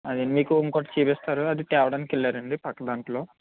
అదే మీకు ఇంకొకటి చూపిస్తారు అది తేవడానికి వెళ్ళారండి పక్కదానిలో